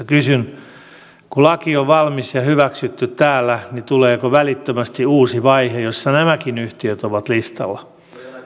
kysyn kun laki on valmis ja hyväksytty täällä niin tuleeko välittömästi uusi vaihe jossa nämäkin yhtiöt ovat listalla